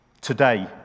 Today